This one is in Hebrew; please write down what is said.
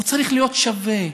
הוא צריך להיות שווה.